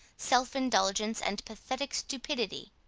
self-indulgence, and pathetic stupidity.